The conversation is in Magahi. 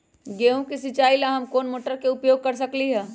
गेंहू के सिचाई ला हम कोंन मोटर के उपयोग कर सकली ह?